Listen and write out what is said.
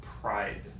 pride